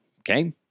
okay